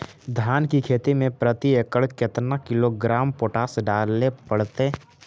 धान की खेती में प्रति एकड़ केतना किलोग्राम पोटास डाले पड़तई?